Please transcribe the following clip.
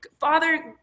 Father